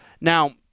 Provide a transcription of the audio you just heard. Now